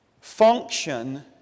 function